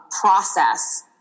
process